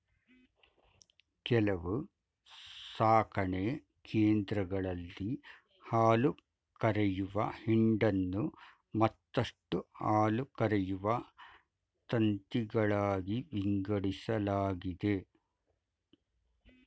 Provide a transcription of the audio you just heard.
ಕೆಲವು ಸಾಕಣೆ ಕೇಂದ್ರಗಳಲ್ಲಿ ಹಾಲುಕರೆಯುವ ಹಿಂಡನ್ನು ಮತ್ತಷ್ಟು ಹಾಲುಕರೆಯುವ ತಂತಿಗಳಾಗಿ ವಿಂಗಡಿಸಲಾಗಿದೆ